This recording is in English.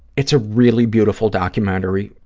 it's a really beautiful documentary,